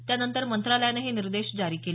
त्यानंतर मंत्रालयानं हे निर्देश जारी केले